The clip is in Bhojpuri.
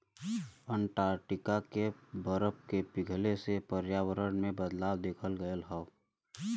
अंटार्टिका के बरफ के पिघले से पर्यावरण में बदलाव देखल गयल हौ